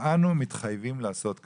ואנו מתחייבים לעשות כך.